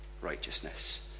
righteousness